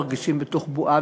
מרגישים בתוך בועה,